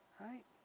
Right